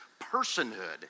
personhood